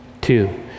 Two